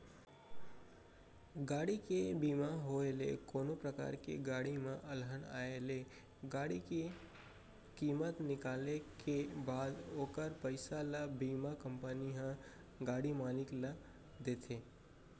गाड़ी के बीमा होय ले कोनो परकार ले गाड़ी म अलहन आय ले गाड़ी के कीमत निकाले के बाद ओखर पइसा ल बीमा कंपनी ह गाड़ी मालिक ल देथे